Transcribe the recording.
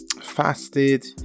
fasted